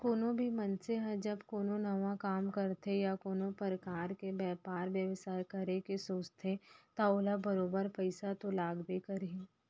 कोनो भी मनसे ह जब कोनो नवा काम करथे या कोनो परकार के बयपार बेवसाय करे के सोचथे त ओला बरोबर पइसा तो लागबे करही